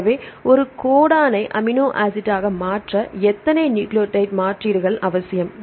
எனவே ஒரு கோடனை அமினோ ஆசிட்டாக மாற்ற எத்தனை நியூக்ளியோடைடு மாற்றீடுகள் அவசியம்